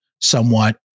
somewhat